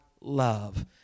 love